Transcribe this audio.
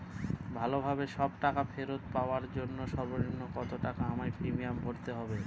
ভালোভাবে সব টাকা ফেরত পাওয়ার জন্য সর্বনিম্ন কতটাকা আমায় প্রিমিয়াম ভরতে হবে?